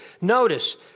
Notice